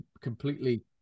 completely